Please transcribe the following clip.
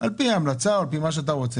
על פי ההמלצה או על פי מה שאתה רוצה.